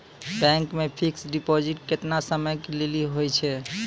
Bank मे fixed deposit केतना समय के लेली होय छै?